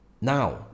Now